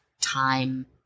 time